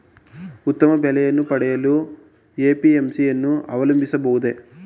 ಉತ್ತಮ ಬೆಲೆಯನ್ನು ಪಡೆಯಲು ಎ.ಪಿ.ಎಂ.ಸಿ ಯನ್ನು ಅವಲಂಬಿಸಬಹುದೇ?